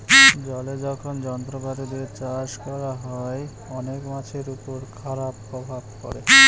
জলে যখন যন্ত্রপাতি দিয়ে চাষ করা হয়, অনেক মাছের উপর খারাপ প্রভাব পড়ে